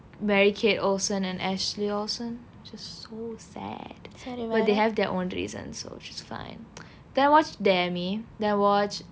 mary kate olsen and ashley olsen which was so sad but they have their own reasons so which is fine then I watched demi then I watched